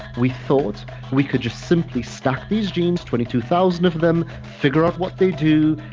we thought we could just simply stack these genes, twenty two thousand of them, figure out what they do,